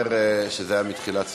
אומר שזה היה מתחילת סדר-היום.